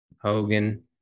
Hogan